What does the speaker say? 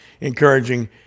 encouraging